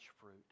fruit